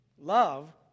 love